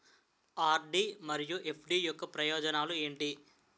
RD మరియు FD యొక్క ప్రయోజనాలు ఏంటి?